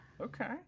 Okay